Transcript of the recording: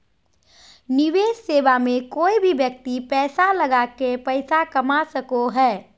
निवेश सेवा मे कोय भी व्यक्ति पैसा लगा के पैसा कमा सको हय